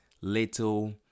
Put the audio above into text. little